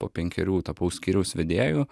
po penkerių tapau skyriaus vedėju